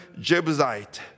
Jebusite